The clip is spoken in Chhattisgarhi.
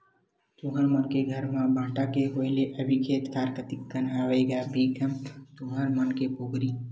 तुँहर मन के घर म बांटा के होय ले अभी खेत खार कतिक कन हवय गा भीखम तुँहर मन के पोगरी?